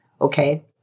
Okay